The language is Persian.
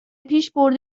پیشبرد